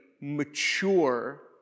mature